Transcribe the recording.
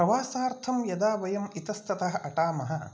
प्रवासार्थं यदा वयं इतस्ततः अटामः